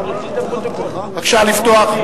בבקשה, לפתוח.